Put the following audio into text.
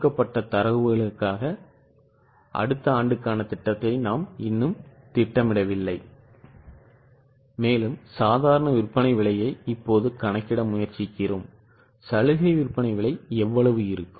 கொடுக்கப்பட்ட தரவுகளுக்காக கூட அடுத்த ஆண்டுக்கான திட்டத்தை நாம் இன்னும் திட்டமிடவில்லை சாதாரண விற்பனை விலையை இப்போது கணக்கிட முயற்சிக்கிறோம் சலுகை விற்பனைவிலைஎவ்வளவு இருக்கும்